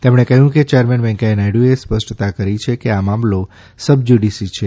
તેમણે કહ્યું કે ચેરમેન વેંકૈયા નાયડુએ સ્પષ્ટતા કરી છે કે આ મામલો સબજ્યુડીસ છે